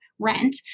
rent